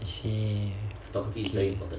I see okay